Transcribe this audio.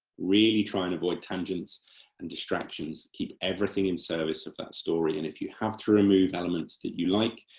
really try and avoid tangents and distractions, keep everything in service of that story, and if you have to remove elements that you like,